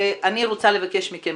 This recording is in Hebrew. אני רוצה לבקש מכם